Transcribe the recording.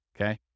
okay